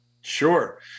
Sure